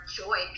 joy